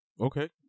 Okay